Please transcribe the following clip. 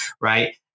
right